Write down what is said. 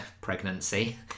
pregnancy